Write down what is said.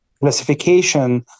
classification